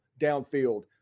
downfield